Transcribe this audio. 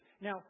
Now